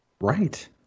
Right